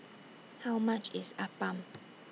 How much IS Appam